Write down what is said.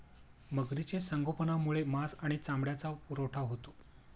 मगरीचे संगोपनामुळे मांस आणि चामड्याचा पुरवठा होतो